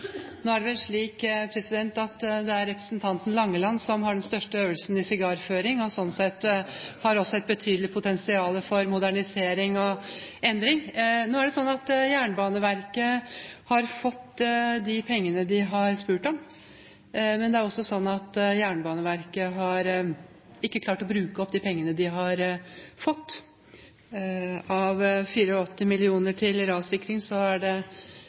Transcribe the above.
Nå er det vel representanten Langeland som har den største øvelsen i sigarføring, og sånn sett også et betydelig potensial for modernisering og endring. Nå er det sånn at Jernbaneverket har fått de pengene de har spurt om, men det er også sånn at Jernbaneverket ikke har klart å bruke opp de pengene de har fått. Av 84 mill. kr til rassikring er det